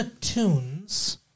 Tunes